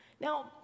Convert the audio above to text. Now